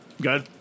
Good